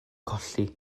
colli